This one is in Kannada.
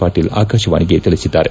ಪಾಟೀಲ್ ಆಕಾಶವಾಣಿಗೆ ತಿಳಿಸಿದ್ದಾರೆ